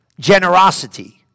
generosity